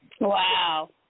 Wow